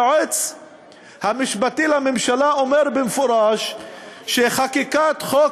היועץ המשפטי לממשלה אומר במפורש שלחקיקת חוק